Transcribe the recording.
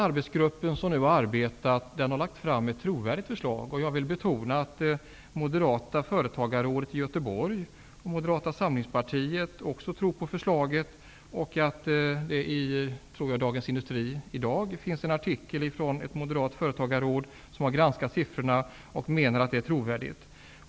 Arbetsgruppen har lagt fram ett trovärdigt förslag. Jag vill betona att det moderata företagarrådet i Göteborg och Moderata samlingspartiet också tror på förslaget. Jag tror även att det i Dagens Industri i dag finns en artikel från ett moderat företagarråd som har granskat siffrorna och som menar att förslaget är trovärdigt.